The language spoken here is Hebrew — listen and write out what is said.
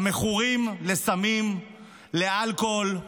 המכורים לסמים ולאלכוהול,